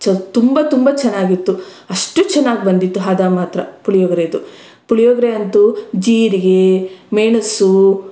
ಚ ತುಂಬ ತುಂಬ ಚೆನ್ನಾಗಿತ್ತು ಅಷ್ಟು ಚೆನ್ನಾಗಿ ಬಂದಿತ್ತು ಹದ ಮಾತ್ರ ಪುಳಿಯೋಗ್ರೆದು ಪುಳಿಯೋಗ್ರೆ ಅಂತೂ ಜೀರಿಗೆ ಮೆಣಸು